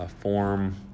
form